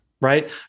Right